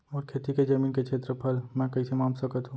मोर खेती के जमीन के क्षेत्रफल मैं कइसे माप सकत हो?